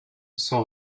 sont